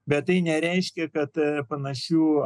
bet tai nereiškia kad panašių